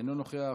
אינו נוכח,